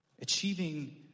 Achieving